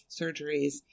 surgeries